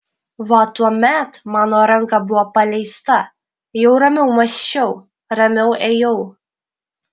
va tuomet mano ranka buvo paleista jau ramiau mąsčiau ramiau ėjau